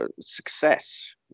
success